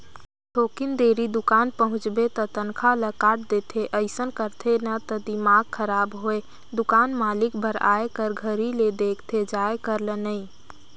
थोकिन देरी दुकान पहुंचबे त तनखा ल काट देथे अइसन करथे न त दिमाक खराब होय दुकान मालिक बर आए कर घरी ले देखथे जाये कर ल नइ